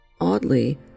Oddly